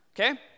Okay